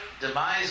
demise